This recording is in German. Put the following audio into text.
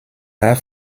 war